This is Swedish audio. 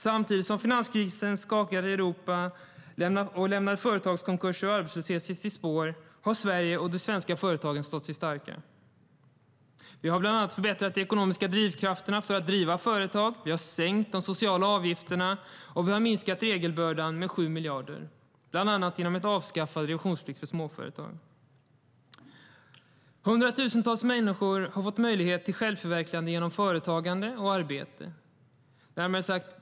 Samtidigt som finanskrisen skakade Europa och lämnade företagskonkurser och arbetslöshet i sitt spår har Sverige och de svenska företagen stått sig starka. Vi har förbättrat de ekonomiska drivkrafterna för att driva företag. Vi har sänkt de sociala avgifterna. Vi har minskat regelbördan med 7 miljarder, bland annat genom avskaffad revisionsplikt för små företag. Hundratusentals människor har fått möjlighet till självförverkligande genom företagande och arbete.